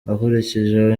akurikijeho